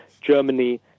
Germany